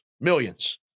Millions